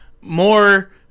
more